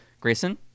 Grayson